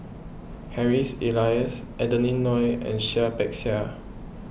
Harry Elias Adeline Ooi and Seah Peck Seah